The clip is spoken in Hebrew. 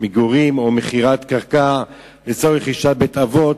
מגורים או רכישת קרקע לצורך רכישת בית-אבות.